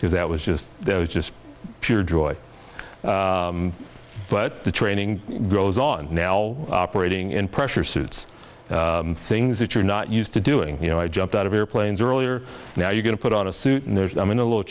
because that was just that was just pure joy but the training goes on now operating in pressure suits things that you're not used to doing you know i jumped out of airplanes earlier now you're going to put on a suit and there's been a little